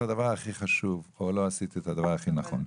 הדבר הכי חשוב או לא עשינו את הדבר ההכי נכון.